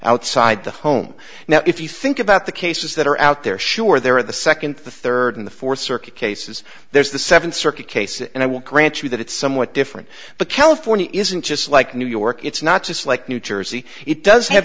outside the home now if you think about the cases that are out there sure there are the second third and the fourth circuit cases there's the seventh circuit case and i will grant you that it's somewhat different but california isn't just like new york it's not just like new jersey it does have